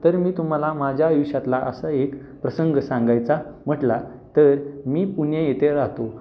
तर मी तुम्हाला माझ्या आयुष्यातला असा एक प्रसंग सांगायचा म्हटला तर मी पुणे येथे राहतो